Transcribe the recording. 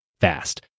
fast